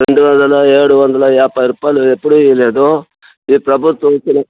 రెండు వందల ఏడు వందల యాభై రూపాయిలు ఎప్పుడు ఇవ్వలేదు ఈ ప్రభుత్వము వచ్చి